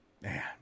man